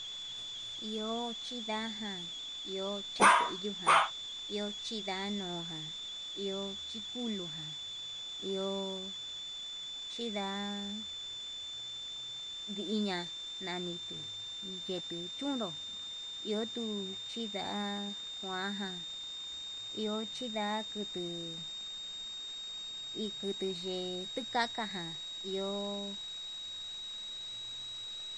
Iho chindaján iho chateyu jan, iho chindanu ján iho chikulu ján ihochind a ndiña'a, nani yetuu chunru iho tuu chinda'a kuan ján iho chinda'a kutuu ikutu yee tukaka ján iho.